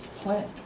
Plant